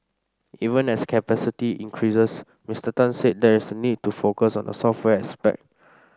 even as capacity increases Mister Tan said there is a need to focus on the software aspect